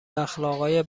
اخلاقای